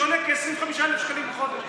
שעולה כ-25,000 שקלים בחודש.